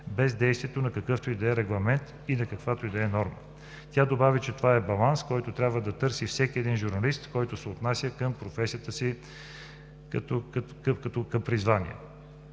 без действието на какъвто и да е регламент и на каквато и да е норма. Тя добави, че това е баланс, който трябва да търси всеки един журналист, който се отнася към професията си като към призвание.